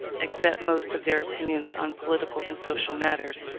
accept most of their opinions on political and social matters,